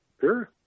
Sure